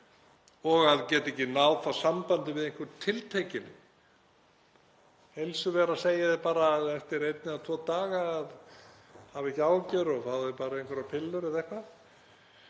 og geta ekki náð sambandi við einhvern tiltekinn. Heilsuvera segir þér bara eftir einn eða tvo daga að hafa ekki áhyggjur og fá þér bara einhverjar pillur eða eitthvað.